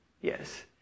yes